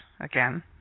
again